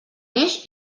neix